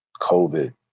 COVID